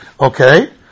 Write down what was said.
Okay